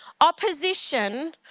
opposition